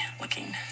looking